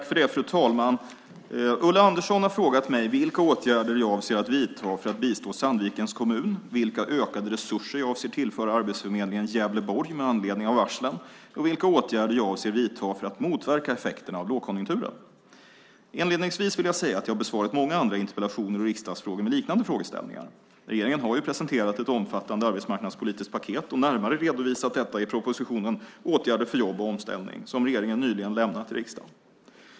Fru talman! Ulla Andersson har frågat mig vilka åtgärder jag avser att vidta för att bistå Sandvikens kommun, vilka ökade resurser jag avser att tillföra Arbetsförmedlingen Gävleborg med anledning av varslen och vilka åtgärder jag avser att vidta för att motverka effekterna av lågkonjunkturen. Inledningsvis vill jag säga att jag har besvarat många andra interpellationer och riksdagsfrågor med liknande frågeställningar. Regeringen har presenterat ett omfattande arbetsmarknadspolitiskt paket och närmare redovisat detta i propositionen Åtgärder för jobb och omställning som regeringen nyligen lämnat till riksdagen.